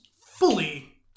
fully